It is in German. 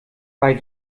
bei